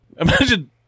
Imagine